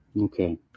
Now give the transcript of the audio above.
Okay